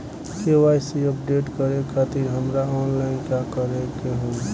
KYC update करे खातिर हमरा ऑनलाइन का करे के होई?